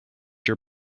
your